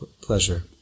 pleasure